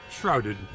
shrouded